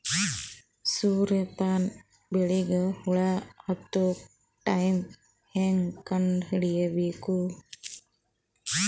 ಸೂರ್ಯ ಪಾನ ಬೆಳಿಗ ಹುಳ ಹತ್ತೊ ಟೈಮ ಹೇಂಗ ಕಂಡ ಹಿಡಿಯಬೇಕು?